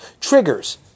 triggers